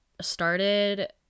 started